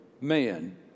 man